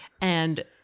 and-